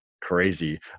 crazy